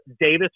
Davis